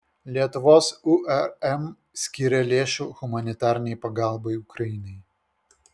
lietuvos urm skyrė lėšų humanitarinei pagalbai ukrainai